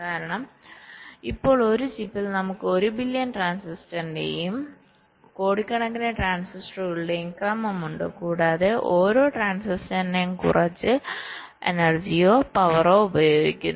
കാരണം ഇപ്പോൾ ഒരു ചിപ്പിൽ നമുക്ക് ഒരു ബില്യൺ ട്രാൻസിസ്റ്ററിന്റെയും കോടിക്കണക്കിന് ട്രാൻസിസ്റ്ററുകളുടെയും ക്രമമുണ്ട് കൂടാതെ ഓരോ ട്രാൻസിസ്റ്ററും കുറച്ച് എനെർജിയോ പവറോ ഉപയോഗിക്കുന്നു